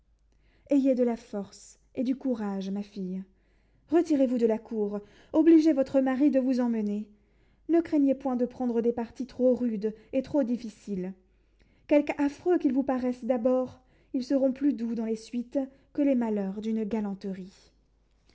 ayez de la force et du courage ma fille retirez-vous de la cour obligez votre mari de vous emmener ne craignez point de prendre des partis trop rudes et trop difficiles quelque affreux qu'ils vous paraissent d'abord ils seront plus doux dans les suites que les malheurs d'une galanterie